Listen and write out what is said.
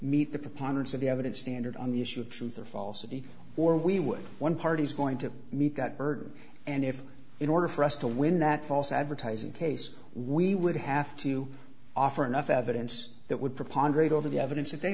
meet the preponderance of the evidence standard on the issue of truth or falsity or we would one party's going to meet that burden and if in order for us to win that false advertising case we would have to offer enough evidence that would propounded over the evidence that they